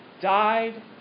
died